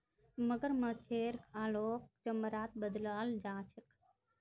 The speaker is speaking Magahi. मगरमच्छेर खालक चमड़ात बदलाल जा छेक